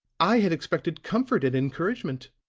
i had expected comfort and encouragement.